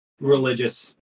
religious